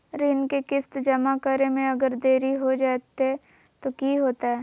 ऋण के किस्त जमा करे में अगर देरी हो जैतै तो कि होतैय?